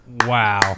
Wow